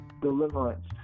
deliverance